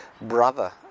brother